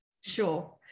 Sure